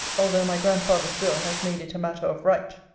although my grandfather's will has made it a matter of right.